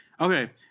Okay